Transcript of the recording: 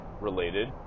related